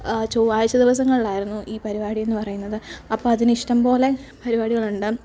ചൊവ്വാഴ്ച ദിവസങ്ങളിലായിരുന്നു ഈ പരിപാടിയെന്ന് പറയുന്നത് അപ്പം അതിന് ഇഷ്ടംപോലെ പരിപാടികളുണ്ട്